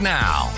now